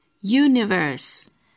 Universe